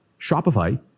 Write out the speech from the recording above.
Shopify